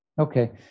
Okay